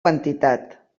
quantitat